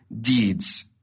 deeds